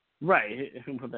Right